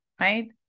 right